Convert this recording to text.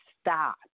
stop